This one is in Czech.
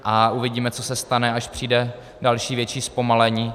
A uvidíme, co se stane, až přijde další větší zpomalení.